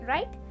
Right